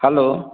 hello